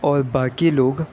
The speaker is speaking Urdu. اور باقی لوگ